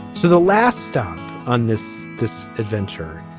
for the last stop on this. this adventure.